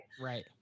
Right